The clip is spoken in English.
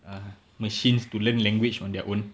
uh machines to learn language on their own